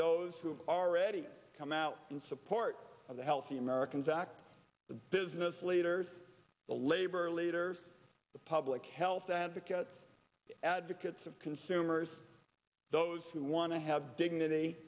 those who are ready come out in support of the healthy americans act the business leaders the labor leaders the public health advocates advocates of consumers those who want to have dignity